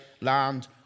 land